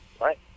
Right